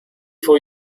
for